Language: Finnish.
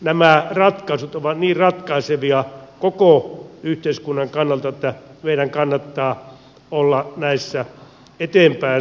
nämä ratkaisut ovat niin ratkaisevia koko yhteiskunnan kannalta että meidän kannattaa olla näissä eteenpäin suuntautuvia